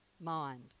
mind